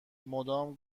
مدام